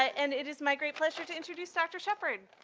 and it is my great pleasure to introduce dr. shepherd.